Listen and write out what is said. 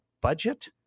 budget